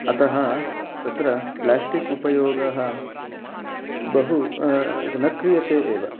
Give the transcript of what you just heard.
अतः तत्र प्लास्टिक् उपयोगः बहु न क्रियते एव